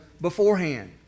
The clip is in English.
beforehand